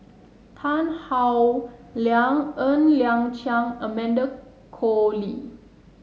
Tan Howe Liang Ng Liang Chiang Amanda Koe Lee